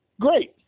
great